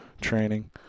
training